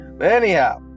anyhow